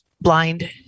blind